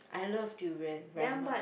I love durian very much